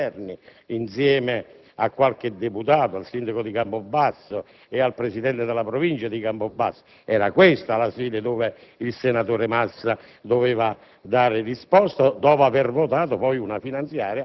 partecipato al «pellegrinaggio» presso il Ministero dell'interno insieme a qualche deputato, al Sindaco di Campobasso e al Presidente della Provincia di Campobasso. Era questa la sede dove il senatore Massa doveva